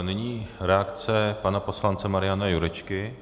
Nyní reakce pana poslance Mariana Jurečky.